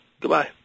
Goodbye